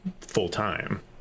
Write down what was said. full-time